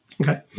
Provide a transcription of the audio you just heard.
Okay